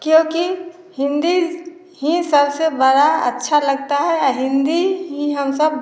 क्योंकि हिंदीस ही सबसे बड़ा अच्छा लगता है आ हिंदी ही हम सब